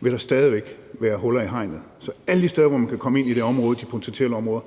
vil der stadig væk være huller i hegnet. Så alle de steder, hvor man kan komme ind i de potentielle områder